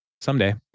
Someday